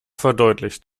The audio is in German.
verdeutlicht